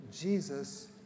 Jesus